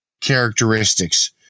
characteristics